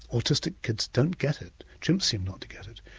autistic kids don't get it. chimps seem not to get it.